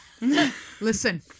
Listen